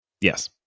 Yes